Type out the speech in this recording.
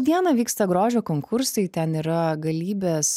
dieną vyksta grožio konkursai ten yra galybės